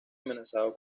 amenazado